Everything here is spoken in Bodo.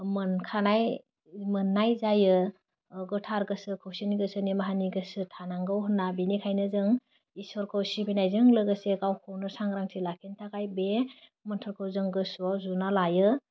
मोनखानाय मोननाय जायो ओह गोथार गोसो खौसेनि गोसो निमाहानि गोसो थानांगौ होनना बिनिखायनो जों ईश्वरखौ सिबिनायजों लोगोसे गावखौनो सांग्रांथि लाखिनो थाखाय बे मोन्थोरखौ जों गोसोआव जुना लायो